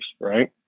right